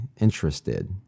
interested